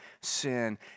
sin